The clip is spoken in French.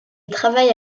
travaille